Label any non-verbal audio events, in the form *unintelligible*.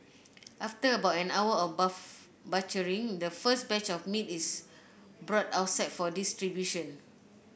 after about an hour of *unintelligible* butchering the first batch of meat is brought outside for distribution